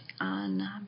On